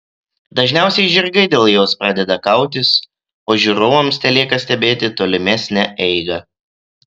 dažniausiai žirgai dėl jos pradeda kautis o žiūrovams telieka stebėti tolimesnę eigą